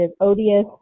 odious